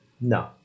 No